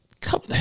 come